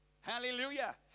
Hallelujah